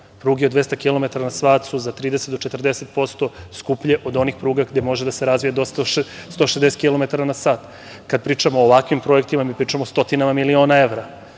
Pruge od 200 kilometara na sat su za 30 do 40% skuplje od onih pruga gde može da se razvije do 160 kilometara na sat. Kada pričamo o ovakvim projektima, mi pričamo o stotinama miliona evra.